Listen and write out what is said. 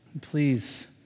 Please